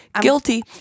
Guilty